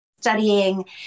studying